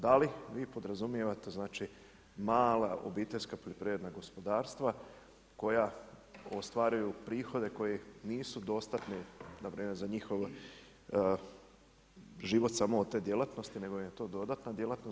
Da li vi podrazumijevate znači mala obiteljska poljoprivredna gospodarstva koja ostvaruju prihode koji nisu dostatni npr. za njihov život samo od te djelatnosti nego im je to dodatna djelatnost.